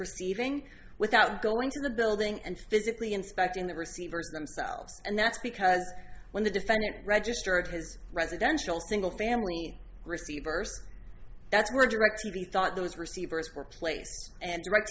receiving without going to the building and physically inspecting the receivers themselves and that's because when the defendant registered his residential single family receiver that's where directv thought those receivers